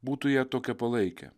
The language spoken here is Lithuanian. būtų ją tokią palaikė